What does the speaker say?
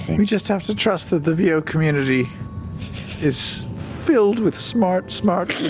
we just have to trust that the v o. community is filled with smart, smart